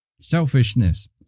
Selfishness